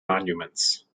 monuments